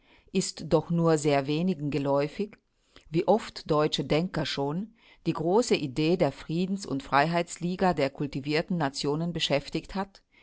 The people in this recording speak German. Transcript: ist doch nur sehr wenigen geläufig wie oft deutsche denker schon die große idee der friedens und freiheitsliga der kultivierten nationen beschäftigt hat